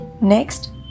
next